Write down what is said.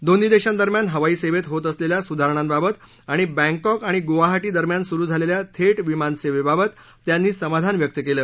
दोन्ही देशांदरम्यान हवाई सेवेत होत असलेल्या स्धारणांबाबत आणि बँकॉक आणि ग्वाहाटी दरम्यान स्रु झालेल्या थेट विमानसेवेबाबत त्यांनी समाधान व्यक्त केलं